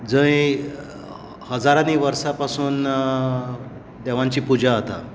जंय हजारांनी वर्सां पासून देवांची पुजा जाता